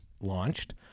launched